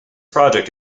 project